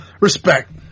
respect